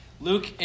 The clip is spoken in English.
Luke